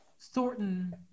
Thornton